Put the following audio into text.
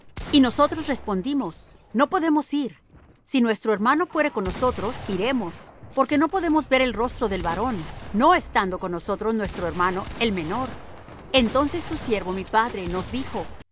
y nosotros respondimos no podemos ir si nuestro hermano fuere con nosotros iremos porque no podemos ver el rostro del varón no estando con nosotros nuestro hermano el menor entonces tu siervo mi padre nos dijo